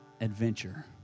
adventure